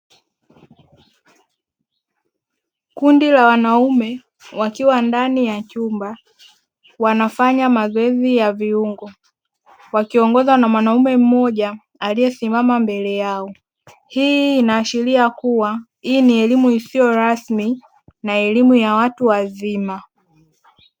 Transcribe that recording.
Kundi la wanaume wakiwa ndani ya chumba wanafanya mazoezi ya viungo wakiongozwa na mwanaume mmoja aliyesimama mbele yao. Hii inaashiria kuwa hii ni elimu isiyo rasmi na elimu ya watu wazima.